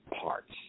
parts